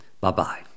Bye-bye